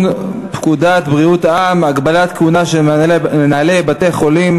פקודת בריאות העם (הגבלת כהונה של מנהלי בתי-חולים),